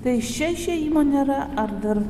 tai iš čia išėjimo nėra ar dar